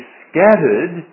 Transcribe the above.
scattered